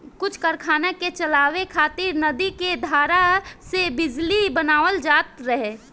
कुछ कारखाना के चलावे खातिर नदी के धारा से बिजली बनावल जात रहे